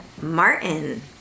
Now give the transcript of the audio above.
Martin